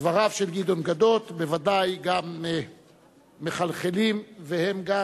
דבריו של גדעון גדות בוודאי גם מחלחלים, והם גם